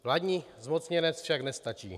Vládní zmocněnec však nestačí.